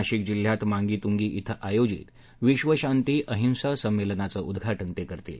नाशिक जिल्ह्यात मांगी तुंगी इथं आयोजित विश्वशांती अहिंसा संमेलनाचं उद्घाटन ते करतील